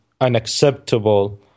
unacceptable